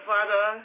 Father